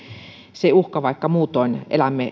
se uhka vaikka muutoin